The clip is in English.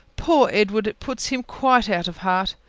poor edward! it puts him quite out of heart.